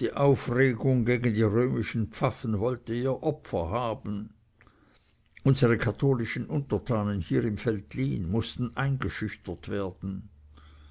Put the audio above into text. die aufregung gegen die römischen pfaffen wollte ihr opfer haben unsere katholischen untertanen hier im veltlin mußten eingeschüchtert werden